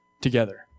together